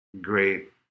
great